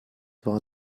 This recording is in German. war